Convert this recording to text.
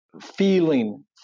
feeling